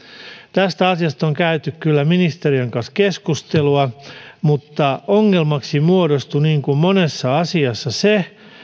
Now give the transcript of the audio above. tästä asiasta on käyty kyllä ministeriön kanssa keskustelua mutta ongelmaksi muodostui niin kuin monessa asiassa se